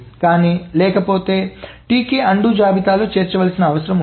కానీ లేకపోతే Tk అన్డు జాబితాలో చేర్చవలసిన అవసరం ఉంది